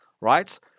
right